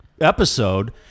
episode